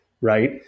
right